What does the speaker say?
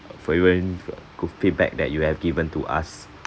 for your good feedback that you have given to us